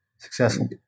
successful